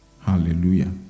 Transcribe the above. Hallelujah